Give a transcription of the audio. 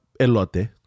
elote